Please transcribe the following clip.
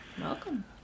Welcome